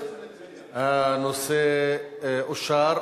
(שינוי הוראות לעניין ריגול),